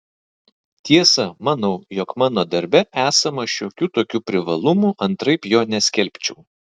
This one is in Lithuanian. tiesa manau jog mano darbe esama šiokių tokių privalumų antraip jo neskelbčiau